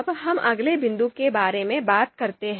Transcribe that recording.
अब हम अगले बिंदु के बारे में बात करते हैं